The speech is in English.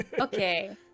okay